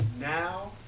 now